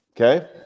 Okay